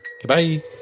goodbye